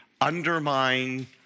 undermine